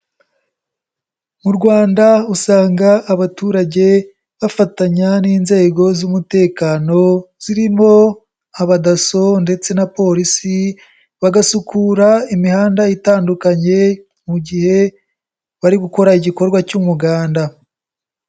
Mu Rwanda usanga abaturage bafatanya n'inzego z'umutekano, zirimo abadaso ndetse na polisi bagasukura imihanda itandukanye mu gihe bari gukora igikorwa cy'umuganda.